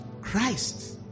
Christ